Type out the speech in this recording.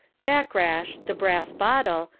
fakrash, the brass bottle,